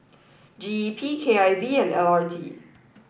GEP KIV and LRT